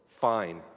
Fine